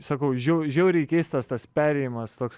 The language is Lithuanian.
sakau žiau žiauriai keistas tas perėjimas toks